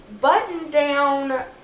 button-down